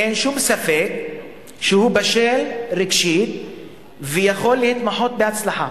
אין שום ספק שהוא בשל רגשית ויכול להתמחות בהצלחה.